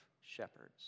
shepherds